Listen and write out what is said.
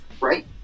right